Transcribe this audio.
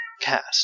cast